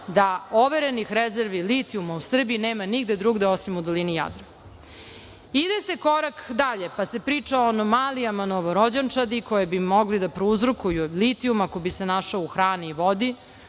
da overenih rezervi litijuma u Srbiji nema nigde drugde osim u dolini Jadra. Ide se korak dalje, pa se priča o anomalijama novorođenčadi koje bi mogli da prouzrokuju od litijuma ako bi se našao u hrani i vodi.